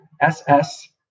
S-S